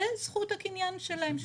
זה זכות הקניין שלהם.